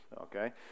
okay